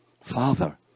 Father